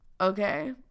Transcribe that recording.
Okay